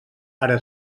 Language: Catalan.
ara